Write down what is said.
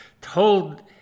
told